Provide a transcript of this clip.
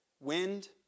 Wind